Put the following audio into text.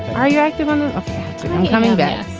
are you active? um coming back.